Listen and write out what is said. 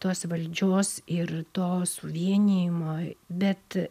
tos valdžios ir to suvienijimo bet